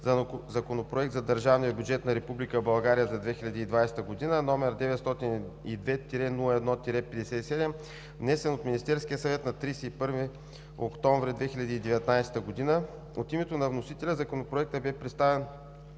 Законопроект за държавния бюджет на Република България за 2020 г., № 902-01-57, внесен от Министерския съвет на 31 октомври 2019 г. От името на вносителя Законопроектът бе представен